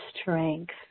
strength